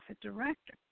director